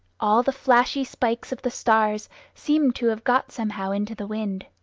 all the flashy spikes of the stars seemed to have got somehow into the wind.